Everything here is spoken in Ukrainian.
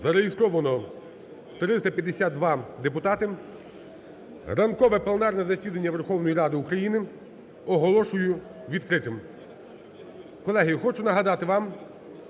Зареєстровано 352 депутати. Ранкове пленарне засідання Верховної Ради України оголошую відкритим. Колеги, хочу нагадати вам,